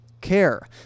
care